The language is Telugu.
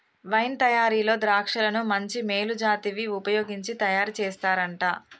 వైన్ తయారీలో ద్రాక్షలను మంచి మేలు జాతివి వుపయోగించి తయారు చేస్తారంట